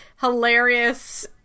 hilarious